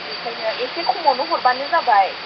बेखायनो एसे खमावनो हरबानो जाबाय